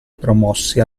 promossi